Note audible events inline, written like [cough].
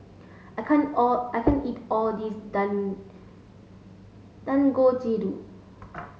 I can't all I can't eat all this [unintelligible] Dangojiru